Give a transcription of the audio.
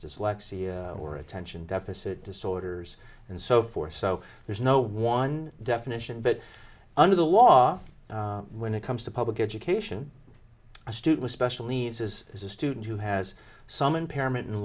dyslexia or attention deficit disorders and so forth so there's no one definition but under the law when it comes to public education a student special needs is a student who has some impairment